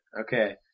okay